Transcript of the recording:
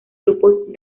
grupos